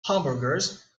hamburgers